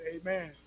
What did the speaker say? Amen